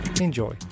Enjoy